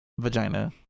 vagina